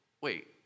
wait